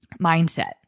mindset